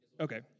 Okay